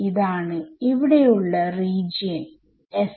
ഇതാണ് ഇവിടെ ഉള്ള റീജിയൻ Sregion S